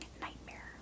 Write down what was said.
nightmare